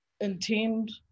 intend